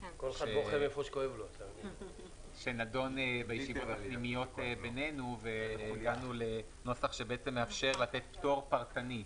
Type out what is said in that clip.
(ג) שנדון בישיבות הפנימיות בינינו והגענו לנוסח שמאפשר לתת פטור פרטני.